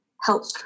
help